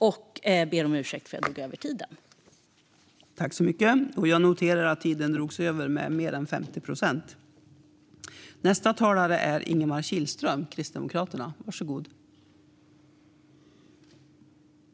Jag ber om ursäkt för att jag drog över talartiden.